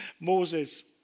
Moses